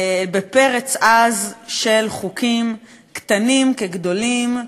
בפרץ עז של חוקים קטנים כגדולים,